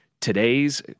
today's